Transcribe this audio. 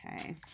okay